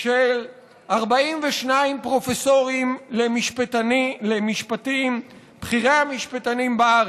של 42 פרופסורים למשפטים, בכירי המשפטנים בארץ,